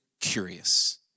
curious